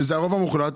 שזה הרוב המוחלט.